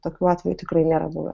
tokių atvejų tikrai nėra buvę